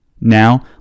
Now